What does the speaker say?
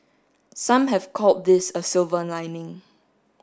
some have called this a silver lining